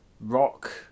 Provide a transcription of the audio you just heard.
rock